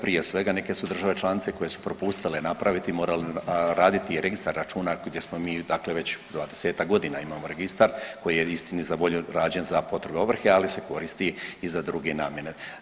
Prije svega neke su države članice koje su propustile napraviti morale raditi registar računa gdje smo mi, dakle već dvadesetak godina imamo registar koji je istini za volju rađen za potrebe ovrhe ali se koristi i za druge namjene.